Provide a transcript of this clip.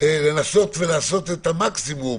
לנסות ולעשות את המקסימום.